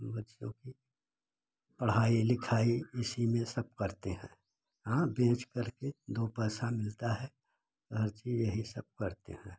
बच्चों को पढ़ाई लिखाई इसी में सब करते हैं हाँ बेच कर के दो पैसा मिलता है हर चीज़ यही सब करते हैं